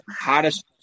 hottest